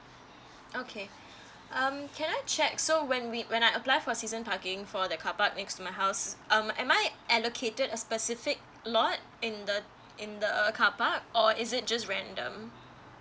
okay um can I check so when we when I apply for season parking for the carpark next to my house um am I allocated a specific lot in the in the carpark or is it just random